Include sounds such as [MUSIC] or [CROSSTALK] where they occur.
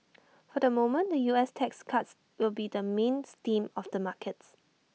[NOISE] for the moment the U S tax cuts will be the main theme of the markets